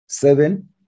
Seven